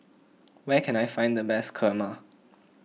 where can I find the best Kurma